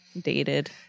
dated